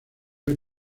del